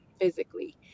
physically